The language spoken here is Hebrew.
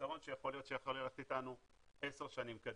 פתרון שיכול ללכת איתנו עשר שנים קדימה,